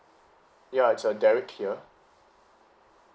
ya it'S uh derek here